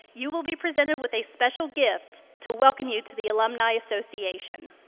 you will be presented with a special gift to welcome you to the alumni association.